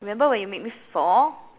remember when you made me fall